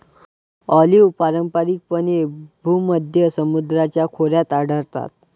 olive पारंपारिकपणे भूमध्य समुद्राच्या खोऱ्यात आढळतात